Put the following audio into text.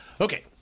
Okay